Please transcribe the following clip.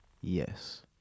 Yes